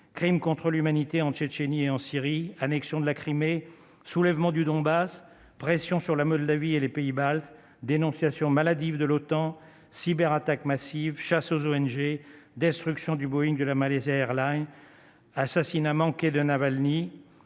Crime contre l'humanité en Tchétchénie et en Syrie, annexion de la Crimée soulèvement du Donbass, pression sur la Moldavie et les pays baltes dénonciation maladive de l'OTAN cyberattaque massive chasse aux ONG d'instruction du Boeing de la Malaisie Airlines assassinat manqué de Navalny